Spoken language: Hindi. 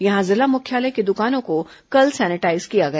यहां जिला मुख्यालय की दुकानों को कल सैनिटाईज किया गया